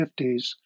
1950s